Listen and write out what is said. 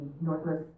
northwest